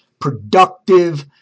productive